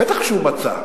בטח שהוא מצא,